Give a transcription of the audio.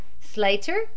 Slater